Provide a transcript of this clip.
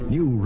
New